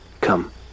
Come